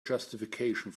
justification